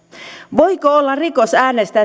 voiko olla rikos äänestää